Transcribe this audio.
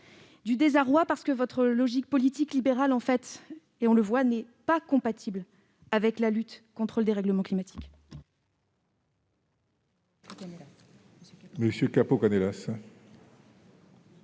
du désarroi, parce que votre logique politique libérale n'est en réalité, on le voit, pas compatible avec la lutte contre le dérèglement climatique.